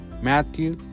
Matthew